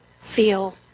feel